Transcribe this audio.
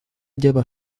lleva